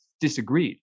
disagreed